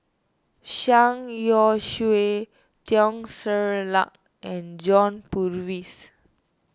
Zhang Youshuo Teo Ser Luck and John Purvis